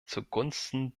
zugunsten